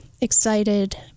excited